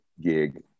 gig